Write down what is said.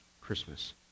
Christmas